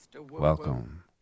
welcome